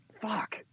fuck